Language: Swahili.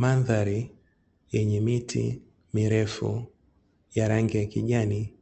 Mandhari yenye miti mirefu ya rangi ya kijani